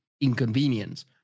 inconvenience